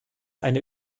eine